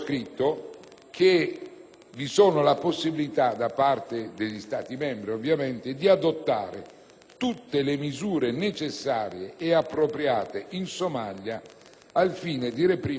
vi è la possibilità, ovviamente da parte degli Stati membri, di adottare tutte le misure necessarie e appropriate in Somalia al fine di reprimere gli atti di pirateria e le